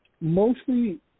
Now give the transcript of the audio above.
mostly